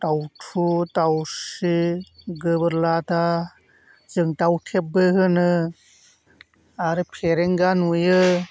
दाउथु दाउस्रि गोबोर लादा जों दाउथेबबो होनो आरो फेरेंगा नुयो